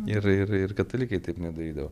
ir ir ir katalikai taip nedarydavo